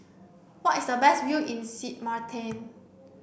where is the best view in Sint Maarten